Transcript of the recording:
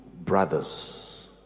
brothers